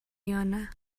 یانه